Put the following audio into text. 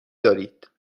دارید